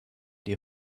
die